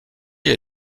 est